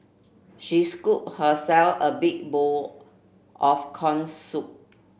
she scooped herself a big bowl of corn soup